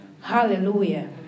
Hallelujah